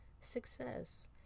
success